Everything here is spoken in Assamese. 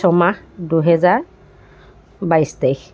ছয়মাহ দুহেজাৰ বাইছ তাৰিখ